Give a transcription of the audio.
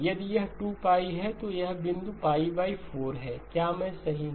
यदि यह 2 π है तो यह बिंदु 4 है क्या मैं सही हूं